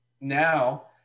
now